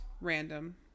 random